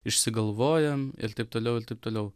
išsigalvojam ir taip toliau ir taip toliau